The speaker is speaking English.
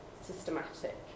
systematic